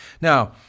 Now